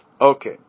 Okay